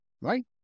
right